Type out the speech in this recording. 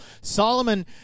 Solomon